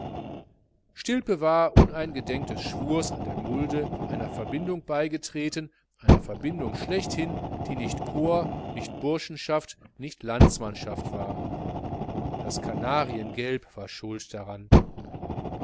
stilpe war uneingedenk des schwurs an der mulde einer verbindung beigetreten einer verbindung schlechthin die nicht corps nicht burschenschaft nicht landsmannschaft war das kanariengelb war schuld daran